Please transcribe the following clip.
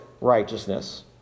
righteousness